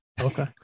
Okay